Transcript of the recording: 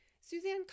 Suzanne